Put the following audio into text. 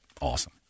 awesome